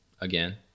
again